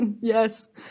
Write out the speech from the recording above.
yes